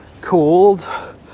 called